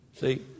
See